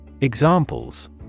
Examples